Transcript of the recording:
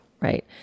Right